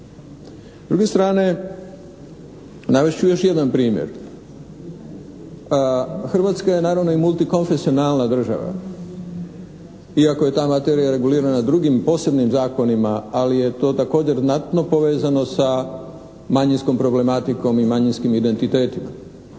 S druge strane navest ću još jedan primjer. Hrvatska je naravno i multikonfesionalna država. Iako je ta materija regulirana drugim posebnim zakonima ali je to također znatno povezano sa manjinskom problematikom i manjinskim identitetom.